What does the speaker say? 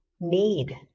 need